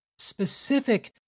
specific